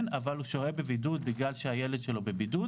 אבל הוא שוהה בבידוד בגלל שהילד שלו בבידוד.